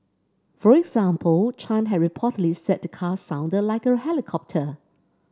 for example Chan had reportedly said the car sounded like a helicopter